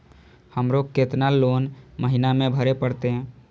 हमरो केतना लोन महीना में भरे परतें?